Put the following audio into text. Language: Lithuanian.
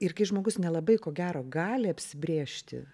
ir kai žmogus nelabai ko gero gali apsibrėžti